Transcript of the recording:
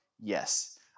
Yes